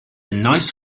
nice